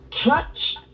touch